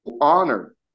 honor